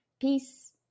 Peace